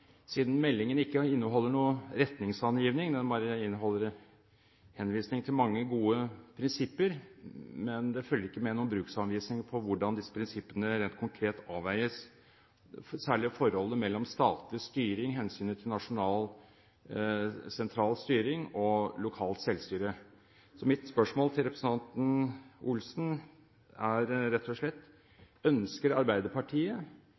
Siden meldingen ikke inneholder noen retningsangivelse, den inneholder bare en henvisning til mange gode prinsipper, men det følger ikke med noen bruksanvisning på hvordan disse prinsippene rent konkret avveies – særlig forholdet mellom statlig styring, hensynet til nasjonal, sentral styring og lokalt selvstyre – er mitt spørsmål til representanten Olsen rett og slett: Ønsker Arbeiderpartiet